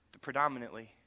predominantly